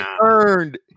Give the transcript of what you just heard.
earned